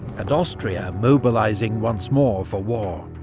and austria mobilising once more for war.